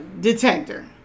detector